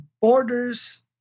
borders